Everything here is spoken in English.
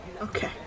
Okay